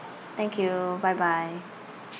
thank you bye bye